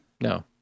No